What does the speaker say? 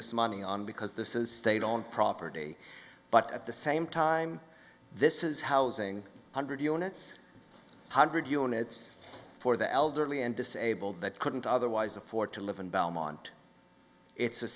this money on because this is state on property but at the same time this is housing hundred units hundred units for the elderly and disabled that couldn't otherwise afford to live in belmont it's a